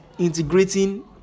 integrating